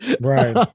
right